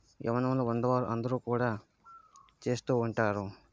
యవ్వనములో ఉన్నవారు అందరూ కూడా చేస్తూ ఉంటారు